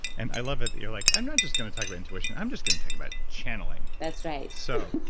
and i love that that you're like, i'm not just going to talk about intuition i'm just going to talk about channeling. that's right so,